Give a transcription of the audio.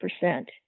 percent